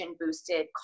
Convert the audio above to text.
boosted